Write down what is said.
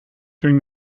during